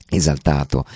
esaltato